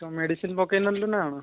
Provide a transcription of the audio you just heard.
ତୁ ମେଡ଼ିସିନ୍ ପକେଇ ନଥିଲୁ ନା କ'ଣ